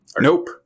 Nope